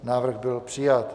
Návrh byl přijat.